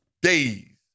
days